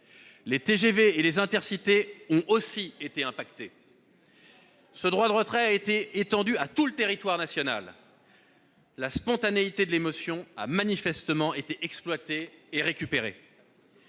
les TGV et les Intercités ont aussi été touchés. Ce droit de retrait a été étendu à tout le territoire national. La spontanéité de l'émotion a manifestement été exploitée et récupérée.